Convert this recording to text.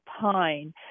pine